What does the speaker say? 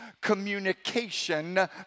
communication